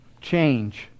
Change